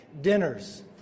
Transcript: dinners